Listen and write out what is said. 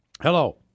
Hello